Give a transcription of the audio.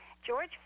George